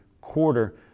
quarter